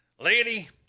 Lady